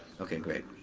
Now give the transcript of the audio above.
okay, great.